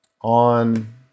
on